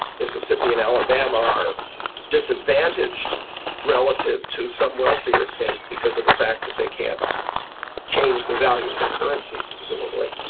mississippi and alabama are disadvantaged relative to some wealthier states, because of the fact that they can't change the value of their currencies, presumably.